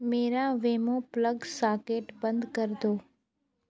मेरा Wemo plug socket बंद कर दो